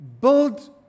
build